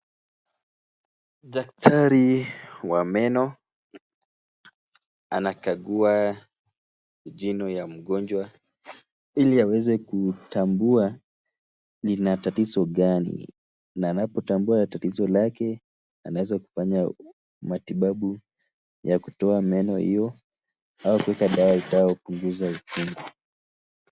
Daktari wa meno anakagua jino ya mgonjwa ili aweze kutambua lina tatizo gani. Na anapotambua tambua tatizo lake anaweza kufanya matibabu ya kutoa meno hiyo au kuweka dawa itakao punguza uchungu.